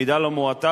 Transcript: מידה לא מעטה,